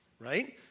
right